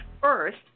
first